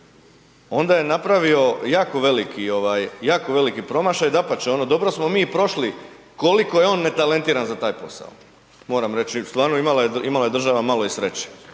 onda je napravio jako veliki promašaj, dapače, dobro smo mi i prošli koliko je on netalentiran za taj posao, moram reći, stvarno, imala je država malo i sreće.